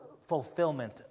fulfillment